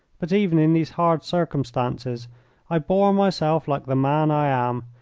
but even in these hard circumstances i bore myself like the man i am,